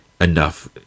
enough